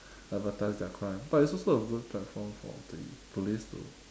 advertise their crime but it's also a good platform for the police to